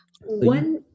One